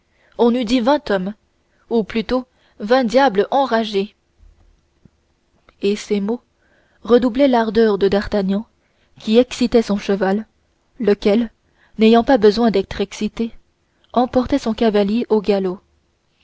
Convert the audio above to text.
on eût dit vingt hommes ou plutôt vingt diables enragés et ces mots redoublaient l'ardeur de d'artagnan qui excitait son cheval lequel n'ayant pas besoin d'être excité emportait son cavalier au galop